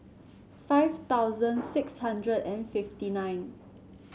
five thousand six hundred and fifty nine